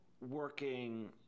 working